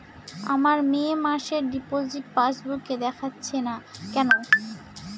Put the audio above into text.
আমার মে মাসের ডিপোজিট পাসবুকে দেখাচ্ছে না কেন?